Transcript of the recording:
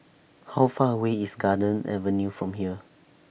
How Far away IS Garden Avenue from here